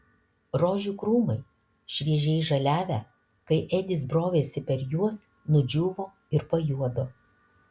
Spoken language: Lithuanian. rožių krūmai šviežiai žaliavę kai edis brovėsi per juos nudžiūvo ir pajuodo